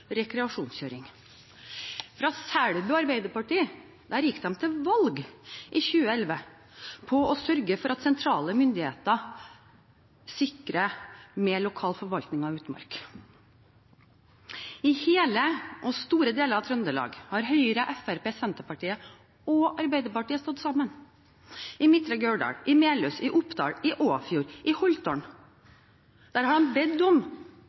rekreasjonskjøring». Selbu Arbeiderparti gikk til valg i 2011 på å sørge for at sentrale myndigheter sikrer mer lokal forvaltning av utmark. I store deler av Trøndelag har Høyre, Fremskrittspartiet, Senterpartiet og Arbeiderpartiet stått sammen – i Midtre Gauldal, i Melhus, i Oppdal, i Åfjord, i Haltdalen har de bedt om